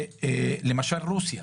למשל רוסיה,